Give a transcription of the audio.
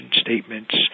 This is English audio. statements